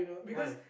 why